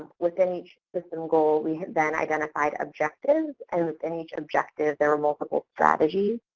within each system goal we then identified objectives, and within each objective there were multiple strategies.